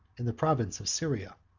in the province of syria.